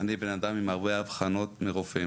אני בן אדם עם הרבה אבחנות מרופאים.